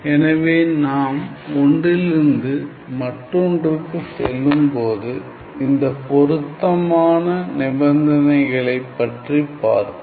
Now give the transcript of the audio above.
எனவே நாம் ஒன்றிலிருந்து மற்றொன்றுக்கு செல்லும்போது இந்தப் பொருத்தமான நிபந்தனைகளைப் பற்றி பார்ப்போம்